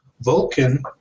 Vulcan